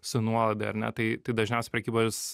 su nuolaida ar ne tai tai dažniausiai prekybos